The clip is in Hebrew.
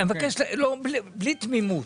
בלי תמימות.